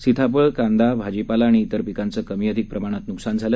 सिताफळ कांदा भाजीपाला आणि विर पिकांचं कमी अधिक प्रमाणात नुकसान झाले